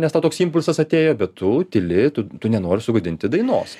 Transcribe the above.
nes tau toks impulsas atėjo bet tu tyli tu tu nenori sugadinti dainos